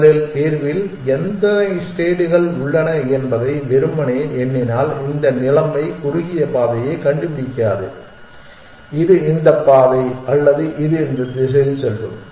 முதலில் தீர்வில் எத்தனை ஸ்டேட்ஸ்கள் உள்ளன என்பதை வெறுமனே எண்ணினால் இந்த நிலைமை குறுகிய பாதையை கண்டுபிடிக்காது இது இந்த பாதை அல்லது இது இந்த திசையில் செல்லும்